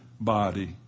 body